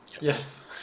Yes